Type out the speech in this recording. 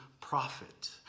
prophet